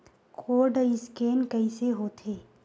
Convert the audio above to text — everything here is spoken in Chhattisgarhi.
कोर्ड स्कैन कइसे होथे?